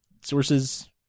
sources